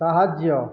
ସାହାଯ୍ୟ